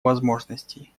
возможностей